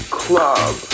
club